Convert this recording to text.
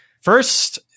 First